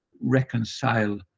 reconcile